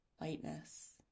lightness